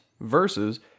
versus